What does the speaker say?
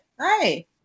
Hi